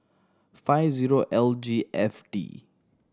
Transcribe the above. five zero L G F D